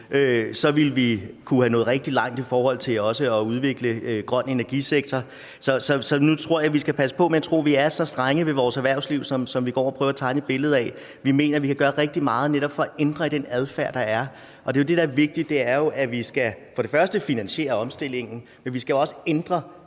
så kunne vi også være nået rigtig langt i forhold til at udvikle en grøn energisektor. Så jeg tror, vi skal passe på med at tro, at vi er så strenge ved vores erhvervsliv, som nogle går og prøver at tegne et billede af. Vi mener, at man kan gøre rigtig meget for netop at ændre i den adfærd, der er. Det, der er vigtigt, er, at vi skal finansiere omstillingen, men vi skal jo også ændre